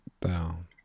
down